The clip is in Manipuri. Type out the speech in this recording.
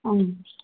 ꯑꯪ